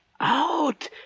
out